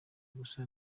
gusa